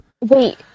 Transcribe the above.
Wait